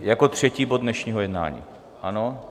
Jako třetí bod dnešního jednání, ano?